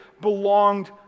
belonged